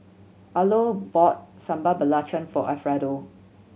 Arlo bought Sambal Belacan for Alfredo